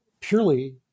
purely